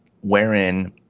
wherein